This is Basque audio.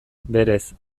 berez